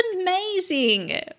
amazing